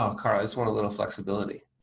um carl, i just want a little flexibility.